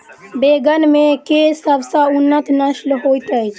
बैंगन मे केँ सबसँ उन्नत नस्ल होइत अछि?